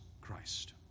Christ